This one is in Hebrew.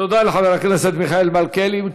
תודה לחבר הכנסת מיכאל מלכיאלי.